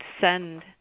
send